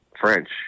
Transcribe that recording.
French